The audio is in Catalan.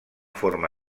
forma